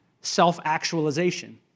Self-actualization